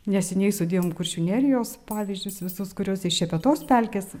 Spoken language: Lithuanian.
neseniai sudėjom kuršių nerijos pavyzdžius visus kuriuos iš šepetos pelkės